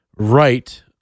Right